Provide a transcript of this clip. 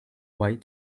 white